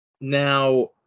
Now